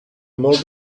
molt